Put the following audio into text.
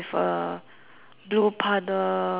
blue puddle